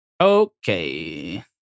Okay